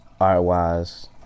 art-wise